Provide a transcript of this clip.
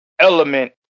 element